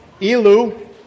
Elu